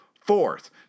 Fourth